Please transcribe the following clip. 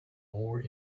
more